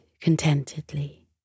contentedly